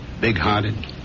big-hearted